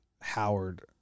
Howard